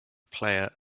player